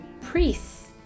priests